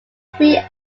three